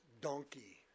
donkey